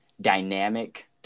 dynamic